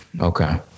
Okay